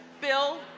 Bill